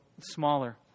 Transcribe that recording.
smaller